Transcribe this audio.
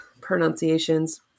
pronunciations